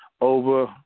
over